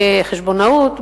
חשבונאות,